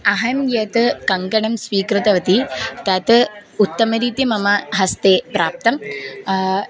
अहं यत् कङ्कणं स्वीकृतवती तत् उत्तमरीत्या मम हस्ते प्राप्तम्